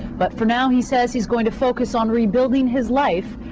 but for now he says he's going to focus on rebuilding his life,